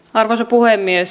arvoisa puhemies